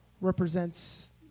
represents